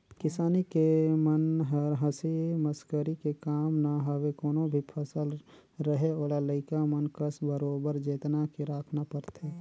किसानी के कम हर हंसी मसकरी के काम न हवे कोनो भी फसल रहें ओला लइका मन कस बरोबर जेतना के राखना परथे